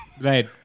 Right